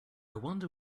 wonder